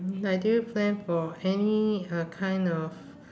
like do you plan for any uh kind of